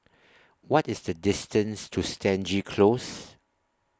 What IS The distance to Stangee Close